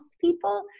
people